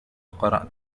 قرأت